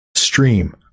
stream